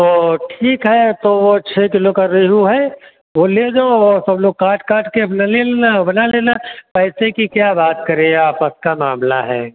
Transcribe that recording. तो ठीक है तो वो छः किलो का रेहू है वो ले जाओ और सब लोग काट काट कर अपना ले लेना बना लेना पैसे की क्या बात करें आपस का मामला है